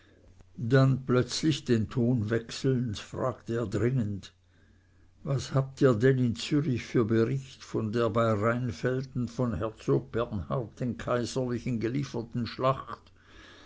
dann plötzlich den ton wechselnd fragte er dringend was habt ihr denn in zürich für bericht von der bei rheinfelden von herzog bernhard den kaiserlichen gelieferten schlacht